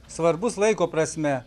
svarbus laiko prasme